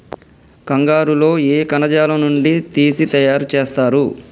కంగారు లో ఏ కణజాలం నుండి తీసి తయారు చేస్తారు?